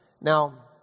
Now